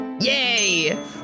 Yay